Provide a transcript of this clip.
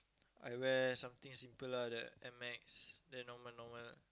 I wear something simple lah the air max then normal normal